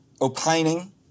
opining